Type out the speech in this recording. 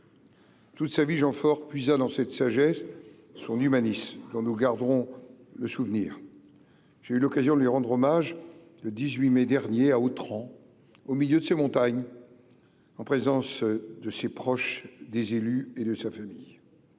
Toute sa vie, Jean Faure puisa dans cette sagesse son humanisme, dont nous garderons le souvenir. J'ai eu l'occasion de lui rendre hommage le 18 mai dernier à Autrans, au milieu de ses montagnes, en présence de ses proches, des élus et de sa famille.